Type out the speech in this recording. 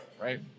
Right